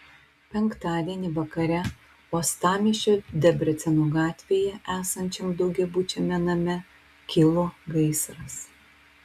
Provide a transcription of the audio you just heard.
penktadienį vakare uostamiesčio debreceno gatvėje esančiam daugiabučiame name kilo gaisras